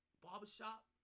barbershop